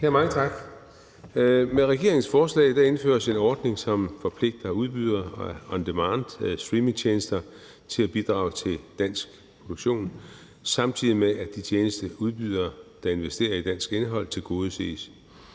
Mange tak. Med regeringens forslag indføres der en ordning, som forpligter udbydere af on demand-streamingtjenester til at bidrage til dansk produktion, samtidig med at de tjenesteudbydere, der investerer i dansk indhold, tilgodeses.